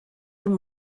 them